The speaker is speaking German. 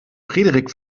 frederik